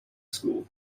school